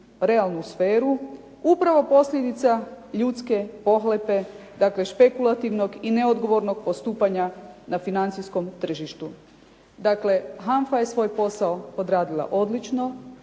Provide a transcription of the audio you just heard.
realnu sferu upravo posljedica ljudske pohlepe, dakle špekulativnog i neodgovornog postupanja na financijskom tržištu. Dakle, HANFA je svoj posao odradila odlično,